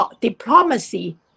diplomacy